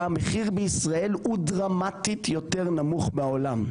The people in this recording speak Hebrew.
המחיר בישראל הוא דרמטית יותר נמוך בעולם.